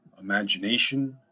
imagination